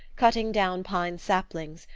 cutting down pine saplings,